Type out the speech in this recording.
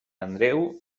andreu